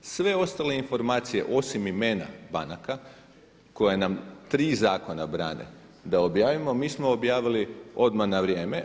Sve ostale informacije osim imena banaka koja nam tri zakona brane da objavimo, mi smo objavili odmah na vrijeme.